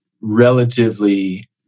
relatively